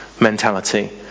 mentality